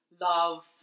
love